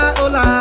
hola